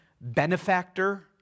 benefactor